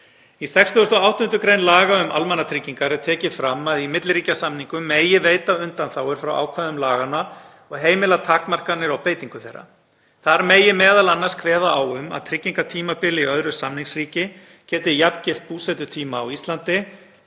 Í 68. gr. laga um almannatryggingar er tekið fram að í milliríkjasamningum megi veita undanþágur frá ákvæðum laganna og heimila takmarkanir á beitingu þeirra. Þar megi m.a. kveða á um að tryggingatímabil í öðru samningsríki geti jafngilt búsetutíma á Íslandi,